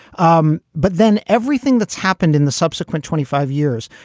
um but then everything that's happened in the subsequent twenty five years,